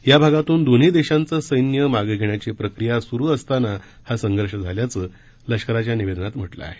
या भागातून दोन्ही देशांचं सैन्य मागे घेण्याची प्रक्रिया सुरु असताना हा संघर्ष झाल्याचं लष्कराच्या निवेदनात म्हटलं आहे